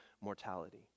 mortality